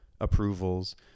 approvals